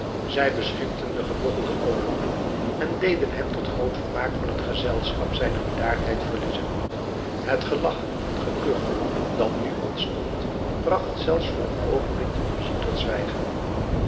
zij beschimpten den gebogchelde openlijk en deden hem tot groot vermaak van het gezelschap zijne bedaardheid verliezen het gelach en gekuch dat nu ontstond bragt zelfs voor een oogenblik de muzijk tot zwijgen